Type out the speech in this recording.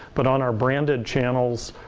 but on our branded channels,